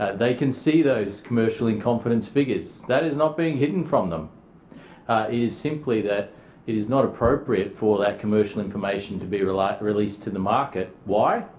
ah they can see those commercial-in-confidence figures. that is not being hidden from them. it is simply that it is not appropriate for that commercial information to be released released to the market. why?